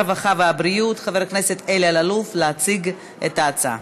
הרווחה והבריאות חבר הכנסת אלי אלאלוף להציג את ההצעה.